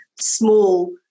small